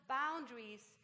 boundaries